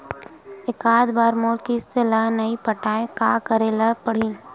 एकात बार मोर किस्त ला नई पटाय का करे ला पड़ही?